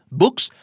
books